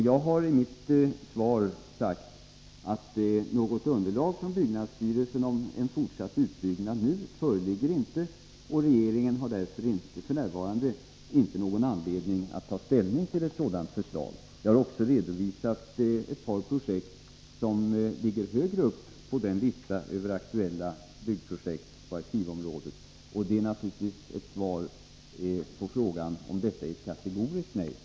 Jag sade i mitt svar att något underlag från byggnadsstyrelsen om en fortsatt utbyggnad inte föreligger, och regeringen har därför inte f. n. någon anledning att ta ställning till ett sådant förslag. Jag har också redovisat ett par projekt som ligger högre upp på listan över aktuella byggprojekt på arkivområdet. Det är ett svar på frågan huruvida det jag anfört innebär ett kategoriskt nej.